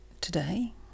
Today